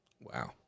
Wow